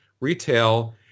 retail